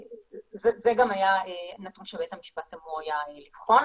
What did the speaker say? זה גם היה נתון שבית המשפט אמור היה לבחון.